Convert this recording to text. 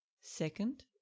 Second